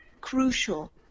crucial